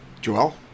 Joel